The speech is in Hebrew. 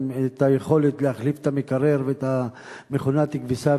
את היכולת להחליף את המקרר ואת מכונת הכביסה.